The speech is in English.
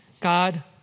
God